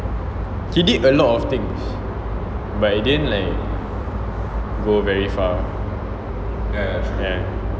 he did a lot of things but it didn't like go very far